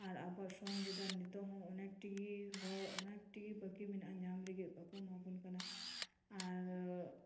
ᱟᱨ ᱟᱵᱚᱣᱟᱜ ᱥᱚᱝᱵᱤᱫᱷᱟᱱ ᱱᱤᱛᱚᱜ ᱦᱚᱸ ᱚᱱᱮᱠᱴᱤᱜᱤ ᱦᱚᱲ ᱚᱱᱮᱠᱴᱤᱜᱤ ᱵᱟᱠᱤ ᱢᱮᱱᱟᱜᱼᱟ ᱧᱟᱢ ᱞᱟᱹᱜᱤᱫ ᱵᱟᱠᱚ ᱮᱢᱟᱵᱚᱱ ᱠᱟᱱᱟ ᱟᱨ